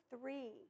three